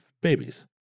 babies